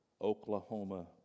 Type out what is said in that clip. Oklahoma